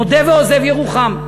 מודה ועוזב ירוחם.